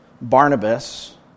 Barnabas